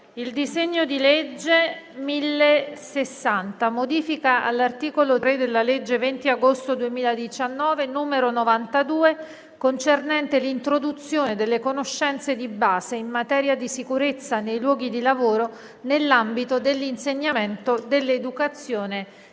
DALLA COMMISSIONE Modifica all'articolo 3 della legge 20 agosto 2019, n. 92, concernente l'introduzione delle conoscenze di base in materia di sicurezza nei luoghi di lavoro nell'ambito dell'insegnamento dell'educazione